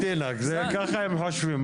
ככה הם חושבים.